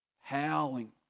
howling